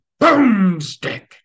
boomstick